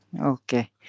Okay